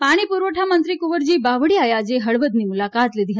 કુંવરજી પાણી પુરવઠા મંત્રી કુંવરજી બાવળીયાએ આજે હળવદની મુલાકાત લીધી